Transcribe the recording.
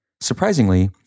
Surprisingly